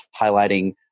highlighting